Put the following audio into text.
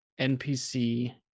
NPC